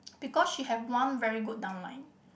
because she have one very good down line